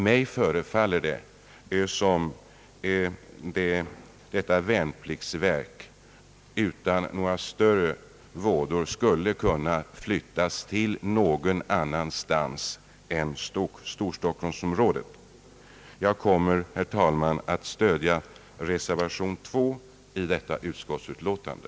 Mig förefaller det som om detta värnpliktsverk utan några större vådor skulle kunna förläggas någon annanstans än i storstockholmsområdet. Jag kommer, herr talman, att stödja reservation 2 vid utskottets utlåtande.